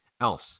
else